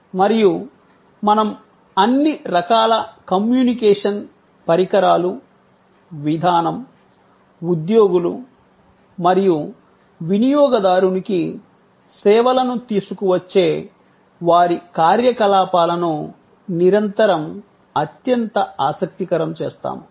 మరియు మనం అన్ని రకాల కమ్యూనికేషన్ పరికరాలు విధానం ఉద్యోగులు మరియు వినియోగదారునికి సేవలను తీసుకువచ్చే వారి కార్యకలాపాలను నిరంతరం అత్యంత ఆసక్తికరం చేస్తాము